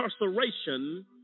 incarceration